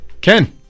Ken